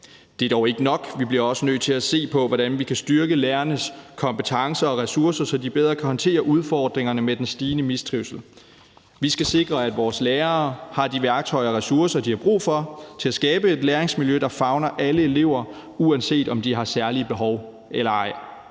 Det er dog ikke nok. Vi bliver også nødt til at se på, hvordan vi kan styrke lærernes kompetencer og ressourcer, så de bedre kan håndtere udfordringerne med den stigende mistrivsel. Vi skal sikre, at vores lærere har de værktøjer og ressourcer, de har brug for, til at skabe et læringsmiljø, der favner alle elever, uanset om de har særlige behov eller ej.